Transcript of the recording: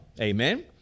Amen